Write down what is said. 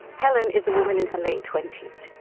helen is a woman in her late twenty s,